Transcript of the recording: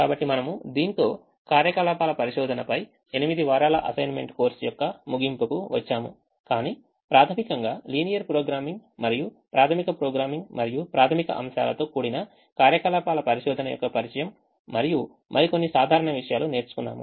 కాబట్టి మనము దీనితో కార్యకలాపాల పరిశోధన పై ఎనిమిది వారాల ఆన్లైన్ కోర్సు యొక్క ముగింపుకు వచ్చాము కానీ ప్రాథమికంగా లీనియర్ ప్రోగ్రామింగ్ మరియు ప్రాధమిక ప్రోగ్రామింగ్ మరియు ప్రాధమిక అంశాలతో కూడిన కార్యకలాపాల పరిశోధన యొక్క పరిచయం మరియు మరికొన్ని సాధారణ విషయాలు నేర్చుకున్నాము